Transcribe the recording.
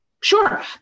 Sure